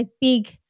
big